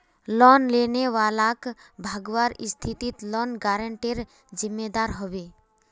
loan लेने वालाक भगवार स्थितित लोन गारंटरेर जिम्मेदार ह बे